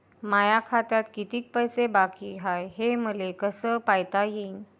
माया खात्यात कितीक पैसे बाकी हाय हे मले कस पायता येईन?